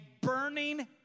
burning